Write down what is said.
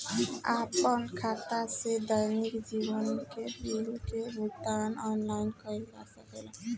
आपन खाता से दैनिक जीवन के बिल के भुगतान आनलाइन कइल जा सकेला का?